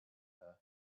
her